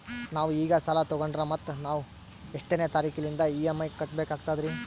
ನಾವು ಈಗ ಸಾಲ ತೊಗೊಂಡ್ರ ಮತ್ತ ನಾವು ಎಷ್ಟನೆ ತಾರೀಖಿಲಿಂದ ಇ.ಎಂ.ಐ ಕಟ್ಬಕಾಗ್ತದ್ರೀ?